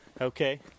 okay